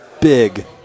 big